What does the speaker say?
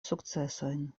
sukcesojn